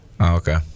okay